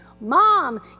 Mom